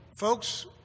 Folks